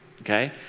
okay